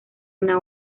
una